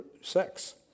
sex